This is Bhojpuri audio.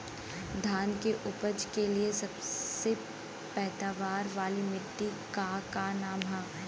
धान की उपज के लिए सबसे पैदावार वाली मिट्टी क का नाम ह?